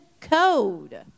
code